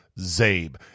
zabe